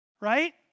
right